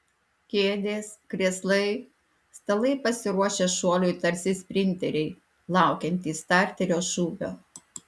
kėdės krėslai stalai pasiruošę šuoliui tarsi sprinteriai laukiantys starterio šūvio